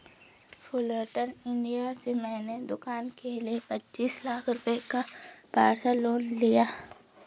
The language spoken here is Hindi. फुलरटन इंडिया से मैंने दूकान के लिए पचीस लाख रुपये का पर्सनल लोन लिया है